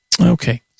Okay